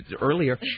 earlier